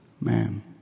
man